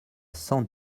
cent